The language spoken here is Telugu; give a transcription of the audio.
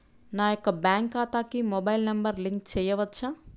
నా యొక్క బ్యాంక్ ఖాతాకి మొబైల్ నంబర్ లింక్ చేయవచ్చా?